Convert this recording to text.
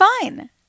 fine